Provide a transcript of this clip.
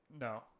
No